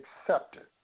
accepted